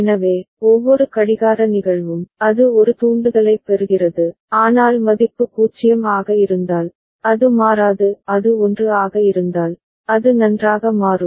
எனவே ஒவ்வொரு கடிகார நிகழ்வும் அது ஒரு தூண்டுதலைப் பெறுகிறது ஆனால் மதிப்பு 0 ஆக இருந்தால் அது மாறாது அது 1 ஆக இருந்தால் அது நன்றாக மாறும்